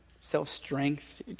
self-strength